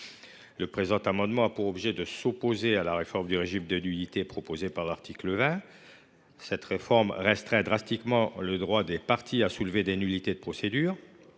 Le présent amendement vise à s’opposer à la réforme du régime des nullités prévue à l’article 20, qui restreint drastiquement le droit des parties à soulever des nullités de procédure.